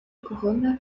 corona